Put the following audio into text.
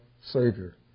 Savior